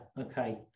okay